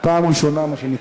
פעם ראשונה, מה שנקרא,